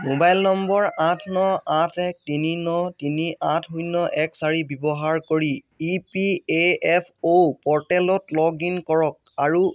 mobile number আঠ ন আঠ এক তিনি ন তিনি আঠ শূন্য় এক চাৰি ব্যৱহাৰ কৰি ইপিএফঅ' প'ৰ্টেলত লগ ইন কৰক আৰু